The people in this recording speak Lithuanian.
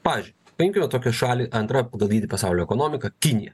pavyzdžiui paimkime tokią šalį antra pagal dydį pasaulio ekonomika kinija